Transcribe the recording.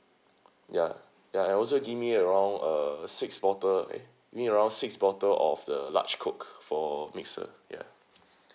ya ya and also give me around uh six bottle eh give me around six bottle of the large coke for mixer ya